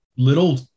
little